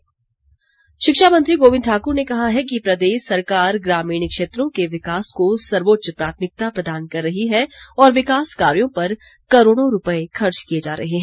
गोविंद शिक्षा मंत्री गोविंद ठाकुर ने कहा है कि प्रदेश सरकार ग्रामीण क्षेत्रों के विकास को सर्वोच्च प्राथमिकता प्रदान कर रही है और विकास कार्यों पर करोड़ों रूपए खर्च किए जा रहे हैं